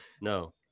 no